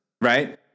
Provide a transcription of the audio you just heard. Right